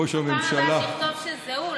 ראש הממשלה בפעם הבאה שיכתוב שזה הוא.